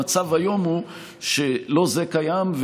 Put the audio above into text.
המצב היום הוא שלא זה קיים,